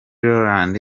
rowland